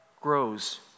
grows